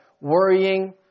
worrying